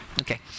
Okay